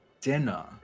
dinner